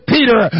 Peter